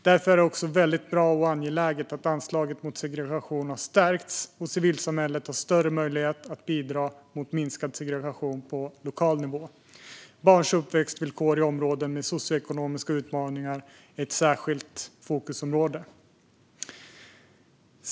Därför är det bra och angeläget att anslaget för arbetet mot segregation har stärkts och att civilsamhället ges större möjlighet att bidra till minskad segregation på lokal nivå. Barns uppväxtvillkor i områden med socioekonomiska utmaningar är ett särskilt fokusområde.